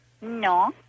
No